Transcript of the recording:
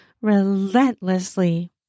relentlessly